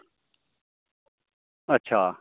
अच्छा